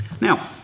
Now